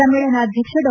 ಸಮ್ಮೇಳನಾಧ್ಯಕ್ಷ ಡಾ